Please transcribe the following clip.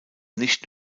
nicht